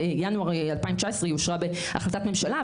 בינואר 2019 בהחלטת ממשלה,